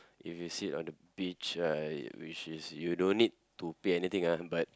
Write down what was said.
if you sit on the beach right which is you don't need to pay anything ah but